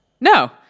No